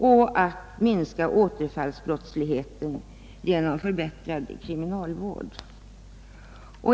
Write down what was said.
Dessutom kan man minska återfallsbrottsligheten genom en förbättrad kriminalvård.